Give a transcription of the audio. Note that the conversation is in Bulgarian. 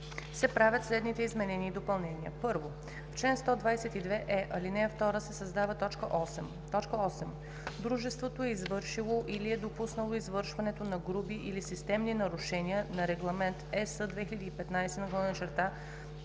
се правят следните изменения и допълнения: „1. В чл. 122е, ал. 2 се създава т. 8: „8. Дружеството е извършило или е допуснало извършването на груби или системни нарушения на Регламент (ЕС) 2015/2365 на